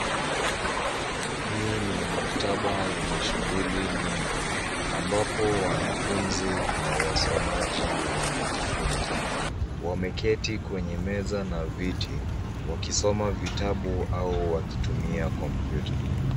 Hii ni maktaba yenye shughuli nyingi ambapo wanafunzi na wasomaji wanajifunza. Wameketi kwenye meza na viti, wakisoma vitabu au wakitumia kompyuta.